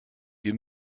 wir